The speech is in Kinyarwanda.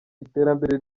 iterambere